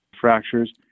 fractures